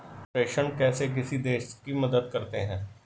प्रेषण कैसे किसी देश की मदद करते हैं?